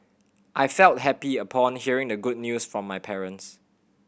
I felt happy upon hearing the good news from my parents